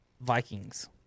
Vikings